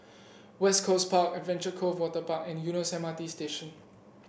West Coast Park Adventure Cove Waterpark and Eunos M R T Station